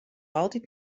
altyd